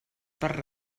per